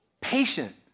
Patient